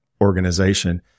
organization